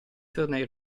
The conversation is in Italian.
tornei